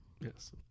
Yes